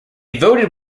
voted